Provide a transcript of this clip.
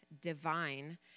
divine